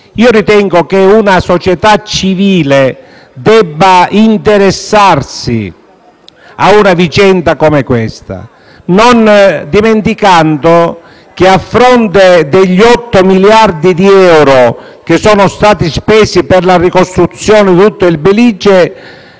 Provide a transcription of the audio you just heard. Ritengo che una società civile debba interessarsi a una vicenda come questa, non dimenticando che, a fronte degli 8 miliardi di euro che sono stati spesi per la ricostruzione di tutto il Belice,